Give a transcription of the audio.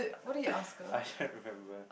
I shan't remember